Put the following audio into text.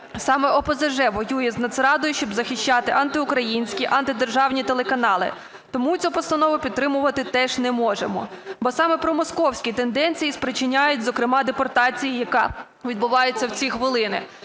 саме ОПЗЖ воює з Нацрадою, щоб захищати антиукраїнські, антидержавні телеканали. Тому цю постанову підтримати теж не можемо, бо саме промосковські тенденції спричиняють, зокрема, депортацію, яка відбувається в ці хвилини.